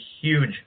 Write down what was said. huge